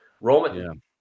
Roman